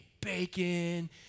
bacon